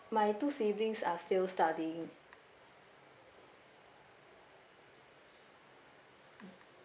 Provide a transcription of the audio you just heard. my two siblings are still studying mm